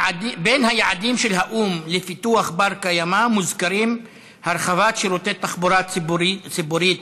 בין היעדים של האו"ם לפיתוח בר-קיימא מוזכרים הרחבת שירותי תחבורה ציבורית